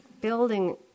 building